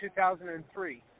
2003